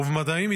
ובמדעים,